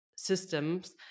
systems